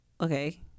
okay